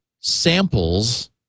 samples